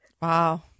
Wow